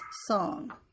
song